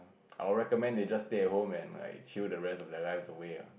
I'll recommend they just stay at home and like chill the rest of their lives away ah